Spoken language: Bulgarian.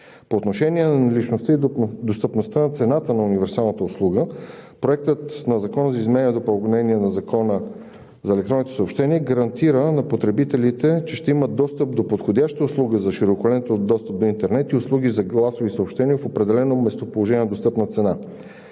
По отношение на наличността и достъпността на цената на универсалната услуга Проектът на Закона за изменение и допълнение на Закона за електронните съобщения гарантира на потребителите, че ще имат достъп до подходяща услуга за широколентов достъп до интернет и услуги за гласови съобщения в определено местоположение на достъпна цена.